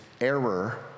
error